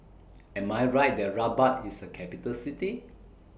Am I Right that Rabat IS A Capital City